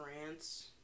France